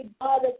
God